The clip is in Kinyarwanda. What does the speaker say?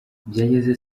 byageze